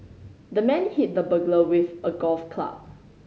the man hit the burglar with a golf club